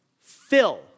Fill